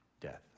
death